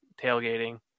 tailgating